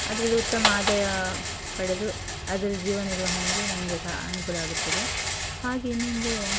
ಅದರಲ್ಲಿ ಉತ್ತಮ ಆದಾಯ ಪಡೆದು ಅದರ ಜೀವ ನಿರ್ವಹಣೆಗೆ ನಮಗೆ ಸಹ ಅನುಕೂಲವಾಗುತ್ತದೆ ಹಾಗೆ ಇನ್ನೊಂದು